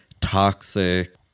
toxic